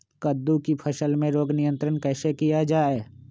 कददु की फसल में रोग नियंत्रण कैसे किया जाए?